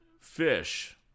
fish